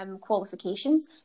qualifications